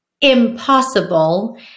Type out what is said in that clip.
impossible